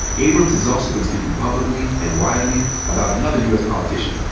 abrams has also been speaking publicly and widely about another u. s. politician,